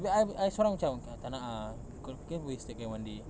tapi I I seorang macam okay I tak nak ah waste again one day